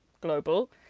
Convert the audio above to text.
global